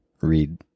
read